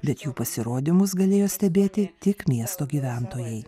bet jų pasirodymus galėjo stebėti tik miesto gyventojai